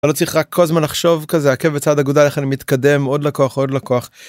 לא צריך רק כל הזמן לחשוב כזה עקב בצד אגודל איך אני מתקדם עוד לקוח עוד לקוח.